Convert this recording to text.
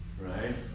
Right